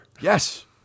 Yes